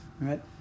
right